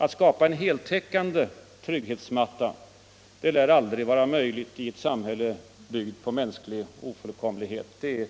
Att skapa en heltäckande trygghetsmatta lär aldrig vara möjligt i ett samhälle byggt på mänsklig ofullkomlighet. Det är